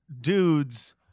dudes